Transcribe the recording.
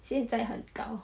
现在很高